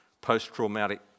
post-traumatic